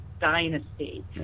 dynasty